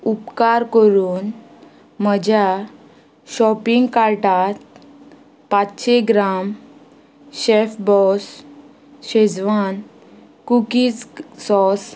उपकार करून म्हज्या शॉपिंग कार्टांत पांचशें gram chef boss schezwan cookies sauce